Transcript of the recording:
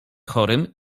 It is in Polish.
chorym